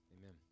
Amen